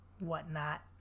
whatnot